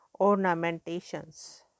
ornamentations